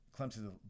Clemson